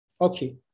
okay